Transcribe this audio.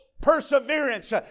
perseverance